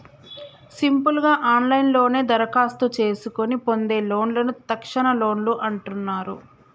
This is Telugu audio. సింపుల్ గా ఆన్లైన్లోనే దరఖాస్తు చేసుకొని పొందే లోన్లను తక్షణలోన్లు అంటున్నరు